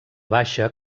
baixa